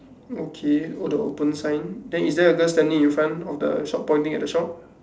okay all the open sign then is there a girl standing in front of the shop pointing at the shop